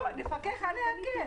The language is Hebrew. נפקח עליה כן.